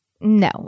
No